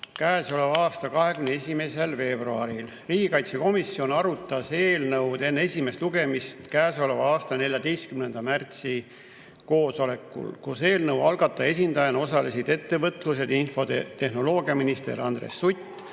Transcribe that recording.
käesoleva aasta 21. veebruaril. Riigikaitsekomisjon arutas eelnõu enne esimest lugemist käesoleva aasta 14. märtsi koosolekul, kus eelnõu algataja esindajana osalesid ettevõtlus‑ ja infotehnoloogiaminister Andres Sutt,